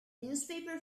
newspaper